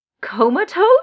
comatose